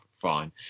fine